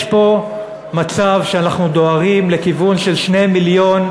יש פה מצב שאנחנו דוהרים לכיוון של 2 מיליון